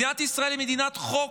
מדינת ישראל היא מדינת חוק,